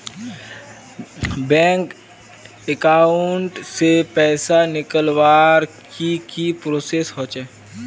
Bank account से पैसा निकालवर की की प्रोसेस होचे?